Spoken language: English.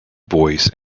voice